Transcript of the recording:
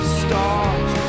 stars